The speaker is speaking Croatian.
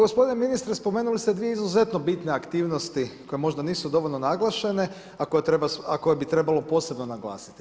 Gospodine ministre spomenuli ste dvije izuzetno bitne aktivnosti koje možda nisu dovoljno naglašene a koje bi trebalo posebno naglasiti.